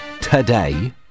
today